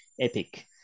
epic